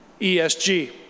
ESG